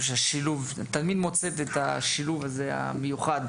את תמיד מוצאת את השילוב הזה המיוחד,